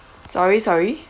sorry sorry